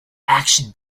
action